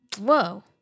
Whoa